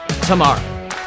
tomorrow